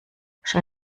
schon